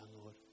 Lord